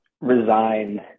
resign